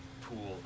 pool